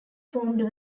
formed